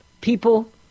people